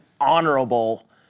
honorable